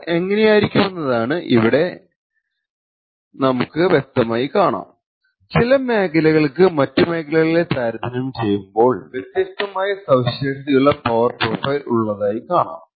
power എങ്ങനെയായിരിക്കുമെന്നതാണ് ഇത് ഇവിടെ നമുക്ക് വ്യക്തമായി കാണാം ചില മേഖലകൾക്ക് മറ്റു മേഖലകളെ താരതമ്യം ചെയ്യുമ്പോൾ വ്യത്യസ്തമായ സവിശേഷതയുള്ള പവർ പ്രൊഫൈൽ ഉള്ളതായി കാണാം